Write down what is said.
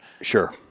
Sure